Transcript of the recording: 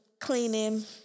cleaning